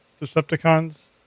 Decepticons